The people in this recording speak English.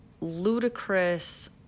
ludicrous